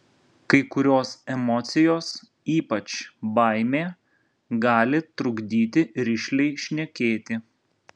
kai kurios emocijos ypač baimė gali trukdyti rišliai šnekėti